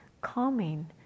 calming